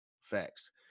Facts